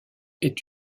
est